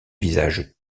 visage